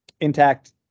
intact